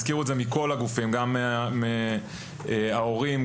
הזכירו את זה כל הגופים: גם ההורים,